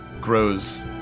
grows